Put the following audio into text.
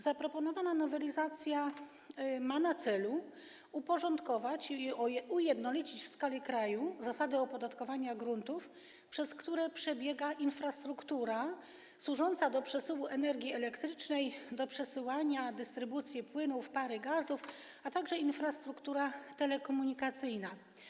Zaproponowana nowelizacja ma na celu uporządkowanie i ujednolicenie w skali kraju zasad opodatkowania gruntów, przez które przebiega infrastruktura służąca do przesyłu energii elektrycznej, do przesyłania, dystrybucji płynów, pary, gazów, a także infrastruktura telekomunikacyjna.